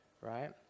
Right